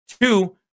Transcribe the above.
Two